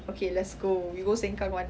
okay let's go we go sengkang [one]